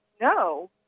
no